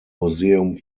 museum